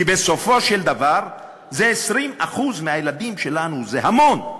כי בסופו של דבר זה 20% מהילדים שלנו, זה המון.